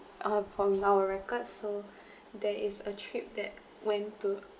uh from our records so there is a trip that went to